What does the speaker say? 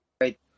right